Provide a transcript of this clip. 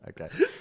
Okay